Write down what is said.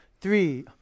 three